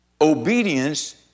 obedience